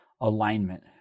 alignment